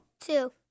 Two